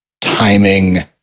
timing